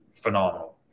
phenomenal